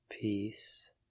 peace